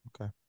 Okay